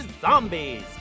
Zombies